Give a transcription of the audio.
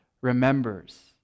remembers